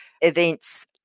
events